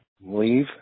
leave